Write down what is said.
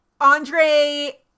Andre